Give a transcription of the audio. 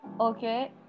Okay